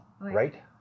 right